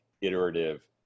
iterative